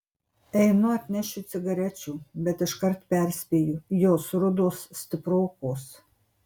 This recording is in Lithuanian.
einu atnešiu cigarečių bet iškart perspėju jos rudos stiprokos